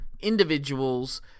individuals